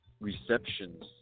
receptions